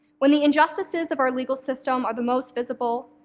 when the injustices of our legal system are the most visible,